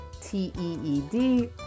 t-e-e-d